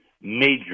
major